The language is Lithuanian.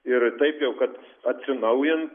ir taip jau kad atsinaujint